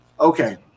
Okay